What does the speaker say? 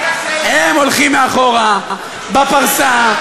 אם אני אספר כמה אהבה יש בלבי אל אוסאמה סעדי,